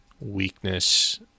weakness